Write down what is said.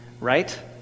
right